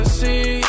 see